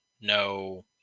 no